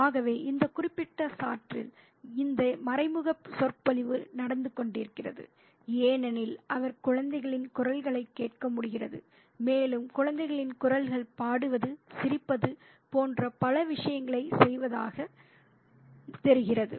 ஆகவே இந்த குறிப்பிட்ட சாற்றில் இந்த மறைமுக சொற்பொழிவு நடந்து கொண்டிருக்கிறது ஏனெனில் அவர் குழந்தைகளின் குரல்களைக் கேட்க முடிகிறது மேலும் குழந்தைகளின் குரல்கள் பாடுவது சிரிப்பது போன்ற பல விஷயங்களைச் செய்வதாகத் தெரிகிறது